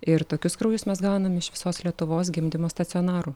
ir tokius kraujus mes gaunam iš visos lietuvos gimdymo stacionarų